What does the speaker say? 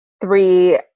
three